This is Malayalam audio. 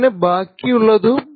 അങ്ങനെ ബാക്കിയുള്ളതും